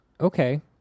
Okay